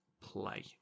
play